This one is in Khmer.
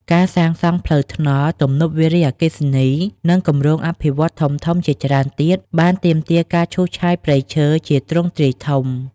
ការសាងសង់ផ្លូវថ្នល់ ទំនប់វារីអគ្គិសនី និងគម្រោងអភិវឌ្ឍន៍ធំៗជាច្រើនទៀតបានទាមទារការឈូសឆាយព្រៃឈើជាទ្រង់ទ្រាយធំ។